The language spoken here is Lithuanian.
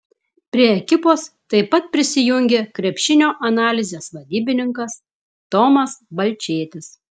prie ekipos taip pat prisijungė krepšinio analizės vadybininkas tomas balčėtis